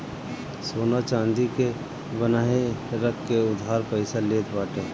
सोना चांदी के बान्हे रख के उधार पईसा लेत बाटे